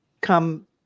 come